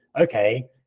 okay